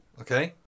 Okay